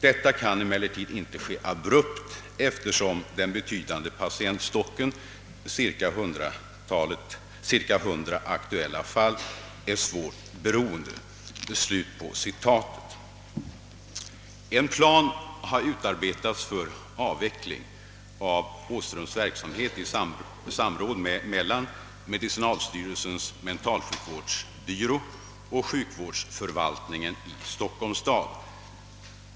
Detta kan emellertid inte ske abrupt, eftersom den betydande patientstocken — cirka 100 aktuella fall — är svårt beroende.» En plan har utarbetats för avveckling av doktor Åhströms verksamhet i samråd mellan medicinalstyrelsens mentalsjukvårdsbyrå och sjukvårdsförvaltningen i Stockholms stad.